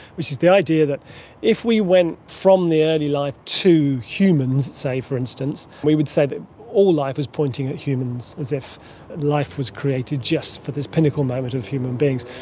which is the idea that if we went from the early life to humans, for instance, we would say that all life was pointing at humans, as if life was created just for this pinnacle moment of human beings,